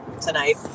tonight